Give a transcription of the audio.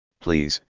please